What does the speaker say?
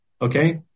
Okay